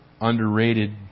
underrated